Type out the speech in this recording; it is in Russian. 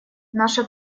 наша